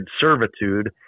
servitude